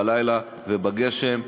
בלילה ובגשם,